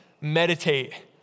meditate